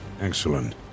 Excellent